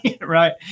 right